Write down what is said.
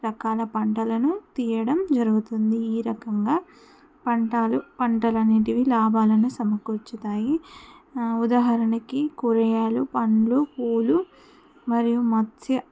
రకాల పంటలను తీయడం జరుగుతుంది ఈ రకంగా పంటాలు పంటలు అనేటివి లాభాలను సమకూర్చుతాయి ఉదాహరణకి కూరగాయలు పండ్లు పూలు మరియు మత్స్య